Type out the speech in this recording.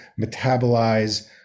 metabolize